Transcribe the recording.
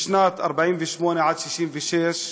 משנת 48' עד 66',